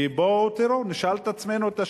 כי בואו תראו, נשאל את עצמנו את השאלות: